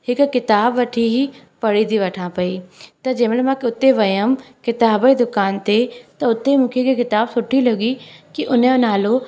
हिकु किताबु वठी हुई पढ़ी थी वठां पई त जेमहिल मां उते वियमि किताब जे दुकान ते त उते मूंखे इहे किताबु सुठी लॻी की उन जो नालो